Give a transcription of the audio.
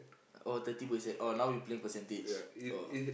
oh thirty percent oh now we playing percentage oh